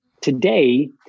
today